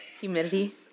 humidity